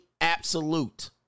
absolute